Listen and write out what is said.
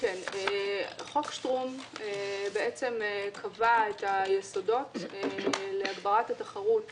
חוק שטרום קבע את היסודות להגברת התחרות